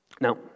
Now